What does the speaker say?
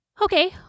Okay